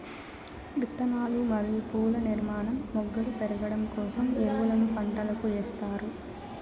విత్తనాలు మరియు పువ్వుల నిర్మాణం, మొగ్గలు పెరగడం కోసం ఎరువులను పంటలకు ఎస్తారు